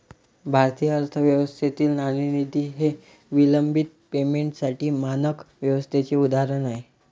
भारतीय अर्थव्यवस्थेतील नाणेनिधी हे विलंबित पेमेंटसाठी मानक व्यवस्थेचे उदाहरण आहे